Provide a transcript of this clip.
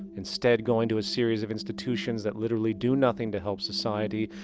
instead going to a series of institutions that literally do nothing to help society,